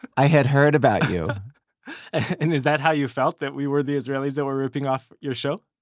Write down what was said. i had heard about you. and is that how you felt, that we were the israelis that were ripping off your show?